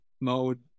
mode